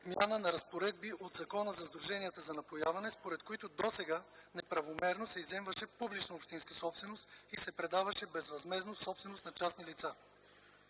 отмяна на разпоредби от Закона за сдруженията за напояване, според които досега неправомерно се изземваше публична общинска собственост и се предаваше безвъзмездно собственост на частни лица.